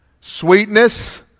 sweetness